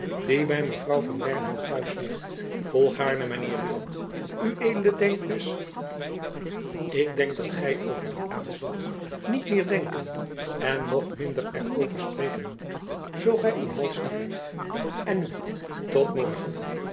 die by mevrouw van wernhout t'huis ligt volgaarne mijn heer buat ued denkt dus ik denk dat gy over dien aanslag niet meer denken en nog minder er over spreken moet zoo gy uw hals lief hebt en nu tot morgen